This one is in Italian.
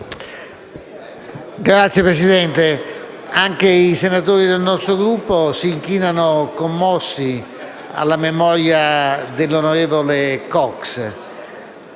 Signor Presidente, anche i senatori del nostro Gruppo si inchinano commossi alla memoria dell'onorevole Cox.